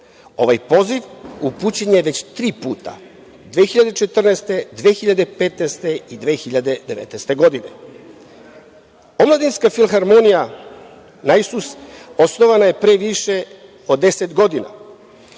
Ovaj poziv upućen je već tri puta, 2014, 2015. i 2019. godine. Omladinska filharmonija „Naisus“ osnovana je pre sviše od 10 godina